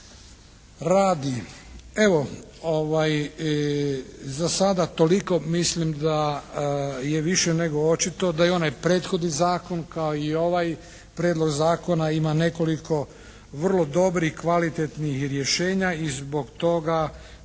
radi. Evo za sada toliko. Mislim da je više nego očito da je onaj prethodni zakon kao i ovaj Prijedlog zakona ima nekoliko vrlo dobrih, kvalitetnih rješenja i zbog toga